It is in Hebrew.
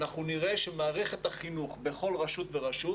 אנחנו נראה שמערכת החינוך בכל רשות ורשות